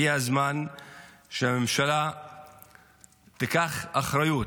הגיע הזמן שהממשלה תיקח אחריות,